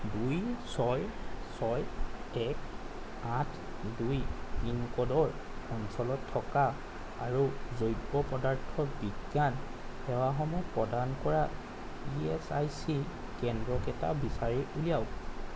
দুই ছয় ছয় এক আঠ দুই পিন ক'ডৰ অঞ্চলত থকা আৰু জৈৱ পদাৰ্থ বিজ্ঞান সেৱাসমূহ প্ৰদান কৰা ই এছ আই চি কেন্দ্ৰকেইটা বিচাৰি উলিয়াওক